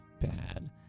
bad